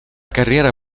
carriera